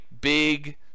big